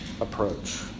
approach